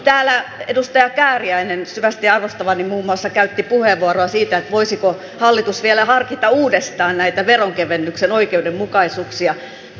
täällä syvästi arvostamani edustaja kääriäinen muun muassa käytti puheenvuoron siitä voisiko hallitus vielä harkita uudestaan näitä veronkevennysten oikeudenmukaisuuksia